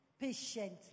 patiently